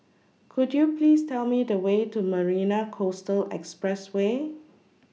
Could YOU Please Tell Me The Way to Marina Coastal Expressway